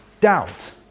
doubt